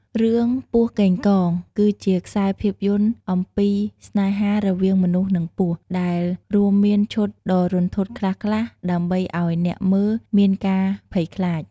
រឿង ពស់កេងកង គឺជាខ្សែភាពយន្តអំពីស្នេហារវាងមនុស្ស និងពស់ ដែលរួមមានឈុតដ៏រន្ធត់ខ្លះៗដើម្បីឲ្យអ្នកមើលមានការភ័យខ្លាច។